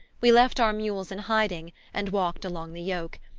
we left our mules in hiding and walked along the yoke,